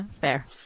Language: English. Fair